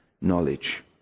knowledge